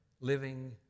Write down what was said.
living